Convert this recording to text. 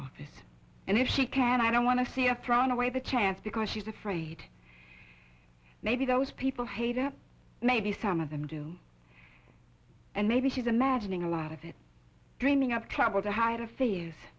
office and if she can i don't want to see a thrown away the chance because she's afraid maybe those people hate it maybe some of them do and maybe she's imagining a lot of it dreaming up trouble to hide a